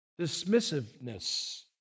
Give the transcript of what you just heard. Dismissiveness